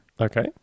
Okay